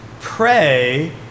pray